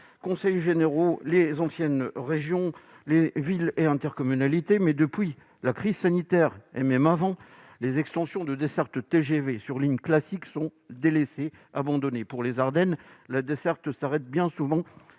conseils généraux, les anciennes régions, les villes et les intercommunalités. Mais depuis la crise sanitaire- et même avant -, les extensions de desserte TGV sur ligne classique sont délaissées, abandonnées. Dans les Ardennes, la desserte s'arrête bien souvent